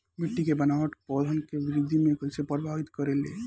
मिट्टी के बनावट पौधन के वृद्धि के कइसे प्रभावित करे ले?